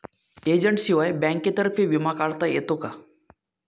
एजंटशिवाय बँकेतर्फे विमा काढता येतो का?